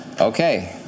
Okay